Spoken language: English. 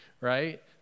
right